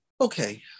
okay